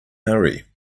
hurry